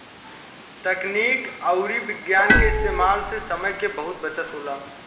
तकनीक अउरी विज्ञान के इस्तेमाल से समय के बहुत बचत होला